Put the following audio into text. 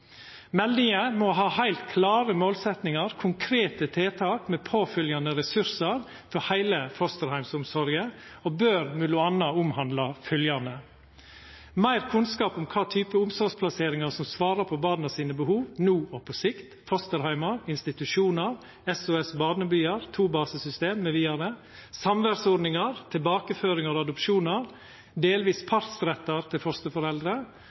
Meldinga må ha heilt klare målsettingar, konkrete tiltak med påfølgjande ressursar for heile fosterheimsomsorga og bør m.a. omhandla følgjande: Meir kunnskap om kva type omsorgsplasseringar som svarar på barnas behov, no og på sikt: fosterheimar, institusjonar, SOS-barnebyar, tobasesystem mv. Samværsordningar Tilbakeføringar av adopsjonar Delvise partsrettar til